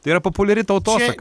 tai yra populiari tautosaka